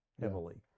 heavily